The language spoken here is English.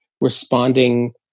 responding